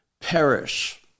perish